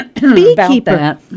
Beekeeper